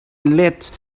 led